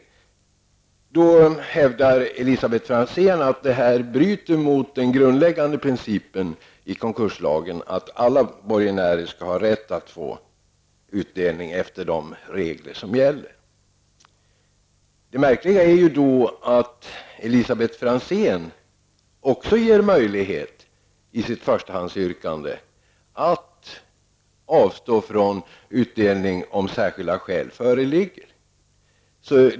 Elisabet Franzén hävdar att detta bryter mot den grundläggande principen i konkurslagen att alla borgenärer skall ha rätt att få utdelning efter de regler som gäller. Det märkliga är då att Elisabet Franzén i sitt förrstahandsyrkande också menar att man skall tillåta att utdelning inte betalas ut, om särskilda skäl föreligger.